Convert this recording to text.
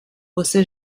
você